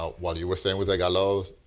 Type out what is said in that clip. ah while you were staying with the galops,